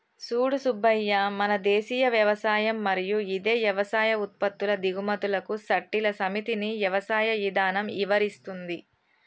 సూడు సూబ్బయ్య మన దేసీయ యవసాయం మరియు ఇదే యవసాయ ఉత్పత్తుల దిగుమతులకు సట్టిల సమితిని యవసాయ ఇధానం ఇవరిస్తుంది